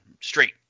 straight